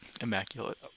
Immaculate